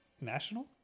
National